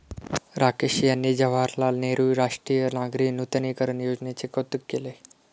राकेश यांनी जवाहरलाल नेहरू राष्ट्रीय नागरी नूतनीकरण योजनेचे कौतुक केले